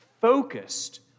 focused